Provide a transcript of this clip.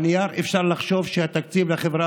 על הנייר אפשר לחשוב שהתקציב לחברה